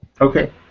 Okay